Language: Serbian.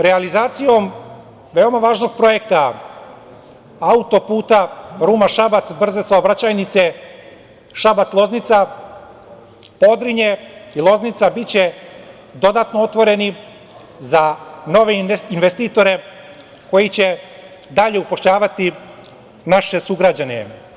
Realizacijom veoma važnog projekta auto-puta Ruma-Šabac, brze saobraćajnice Šabac-Loznica, Podrinje i Loznica biće dodatno otvoreni za nove investitore koji će dalje upošljavati naše sugrađane.